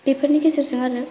बेफोरनि गेजेरजों आरो